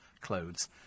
clothes